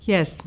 Yes